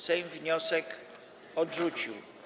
Sejm wniosek odrzucił.